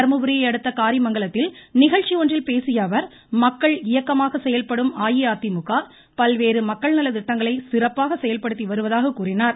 தருமபுரியை அடுத்த காரிமங்கலத்தில் நிகழ்ச்சி ஒன்றில் பேசியஅவர் மக்கள் இயக்கமாக செயல்படும் அஇஅதிமுக பல்வேறு மக்கள் நலத்திட்டங்களை சிறப்பாக செயல்படுத்தி வருவதாக கூறினார்